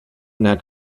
net